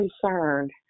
concerned